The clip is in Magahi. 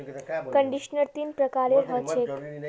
कंडीशनर तीन प्रकारेर ह छेक